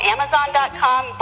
Amazon.com